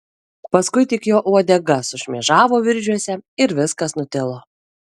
paskui tik jo uodega sušmėžavo viržiuose ir viskas nutilo